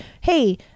hey